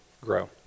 grow